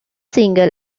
single